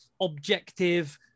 objective